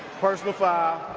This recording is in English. personal foul.